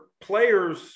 players